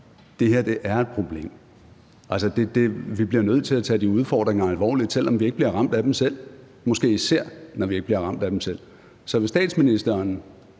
Det her er et problem. Altså, vi bliver nødt til at tage de udfordringer alvorligt, selv om vi ikke bliver ramt af dem selv – måske især når vi ikke bliver ramt af dem selv. Så vil statsministeren